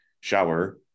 shower